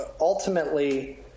Ultimately